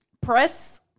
press